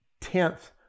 tenth